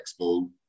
expo